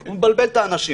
הוא מבלבל את האנשים.